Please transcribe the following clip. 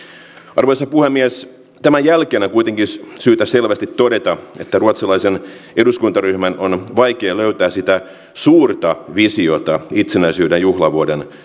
arvoisa puhemies tämän jälkeen on kuitenkin syytä selvästi todeta että ruotsalaisen eduskuntaryhmän on vaikea löytää sitä suurta visiota itsenäisyyden juhlavuoden